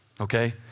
okay